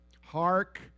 Hark